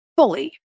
Fully